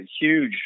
huge